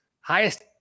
highest